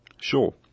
Sure